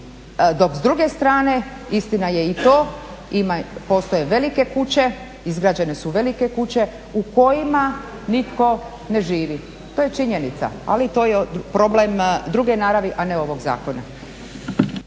dok s druge strane istina je i to postoje velike kuće, izgrađene su velike kuće u kojima nitko ne živi, to je činjenica, ali to je problem druge naravi a ne ovog zakona.